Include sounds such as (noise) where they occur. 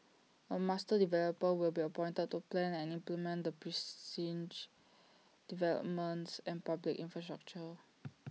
A master developer will be appointed to plan and implement the precinct's (noise) developments and public infrastructure